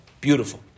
Beautiful